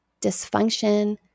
dysfunction